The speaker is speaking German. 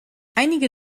einige